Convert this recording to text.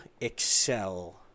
excel